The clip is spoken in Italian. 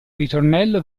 ritornello